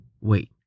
Wait